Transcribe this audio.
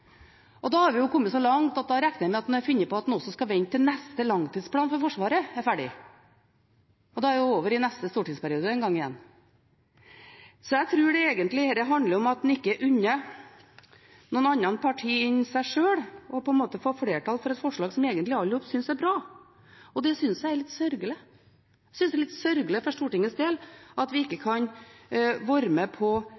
Da har vi kommet så langt at da regner jeg med at en har funnet på at en også skal vente til neste langtidsplan for Forsvaret er ferdig, og da er vi over i neste stortingsperiode en gang igjen. Så jeg tror egentlig dette handler om at en ikke unner noen andre partier enn sitt eget å få flertall for et forslag som egentlig alle i hop synes er bra. Det synes jeg er litt sørgelig. Jeg synes det er litt sørgelig for Stortingets del at vi ikke